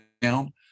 down